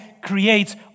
creates